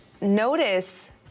notice